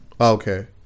Okay